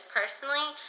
personally